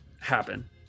happen